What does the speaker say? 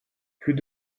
plus